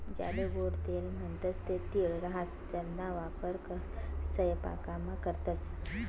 ज्याले गोडं तेल म्हणतंस ते तीळ राहास त्याना वापर सयपाकामा करतंस